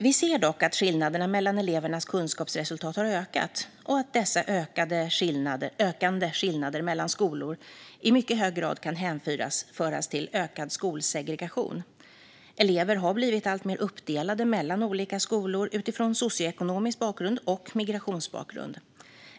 Vi ser dock att skillnaderna mellan elevernas kunskapsresultat har ökat och att dessa ökande skillnader mellan skolor i mycket hög grad kan hänföras till ökad skolsegregation. Elever har blivit alltmer uppdelade mellan olika skolor utifrån socioekonomisk bakgrund och migrationsbakgrund.